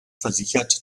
versichert